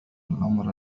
الأمر